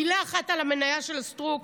מילה אחת על המניה של סטרוק,